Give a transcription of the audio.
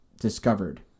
discovered